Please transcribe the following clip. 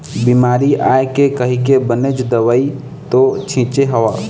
बिमारी आय हे कहिके बनेच दवई तो छिचे हव